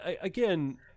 again